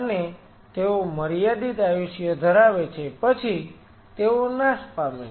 અને તેઓ મર્યાદિત આયુષ્ય ધરાવે છે પછી તેઓ નાશ પામે છે